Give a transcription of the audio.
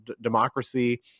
democracy